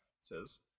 says